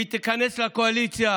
שהיא תיכנס לקואליציה